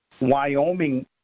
Wyoming